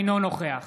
אינו נוכח